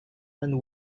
and